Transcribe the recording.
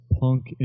Punk